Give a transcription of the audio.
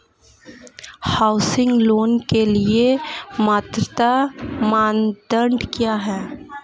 Housing loan के लिए पात्रता मानदंड क्या हैं?